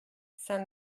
saint